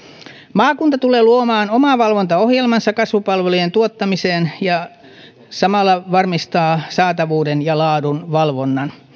maakunta tulee luomaan omavalvontaohjelmansa kasvupalvelujen tuottamiseen ja samalla se varmistaa saatavuuden ja laadunvalvonnan